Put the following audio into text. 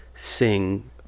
sing